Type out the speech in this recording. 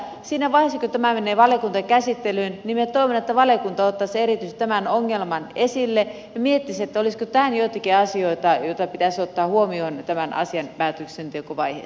siinä vaiheessa kun tämä menee valiokuntakäsittelyyn minä toivon että valiokunta ottaisi erityisesti tämän ongelman esille ja miettisi olisiko joitakin asioita joita pitäisi ottaa huomioon tämän asian päätöksentekovaiheessa